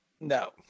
No